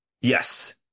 Yes